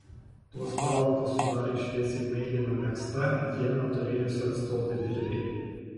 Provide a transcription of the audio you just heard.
tuos pavalkus sudarė šviesiai mėlyna megzta ieną turėjusi atstoti virvė